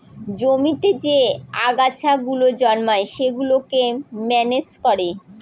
জমিতে যে আগাছা গুলো জন্মায় সেগুলোকে ম্যানেজ করে